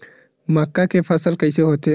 मक्का के फसल कइसे होथे?